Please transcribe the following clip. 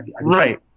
right